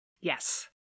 Yes